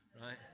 right